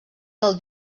del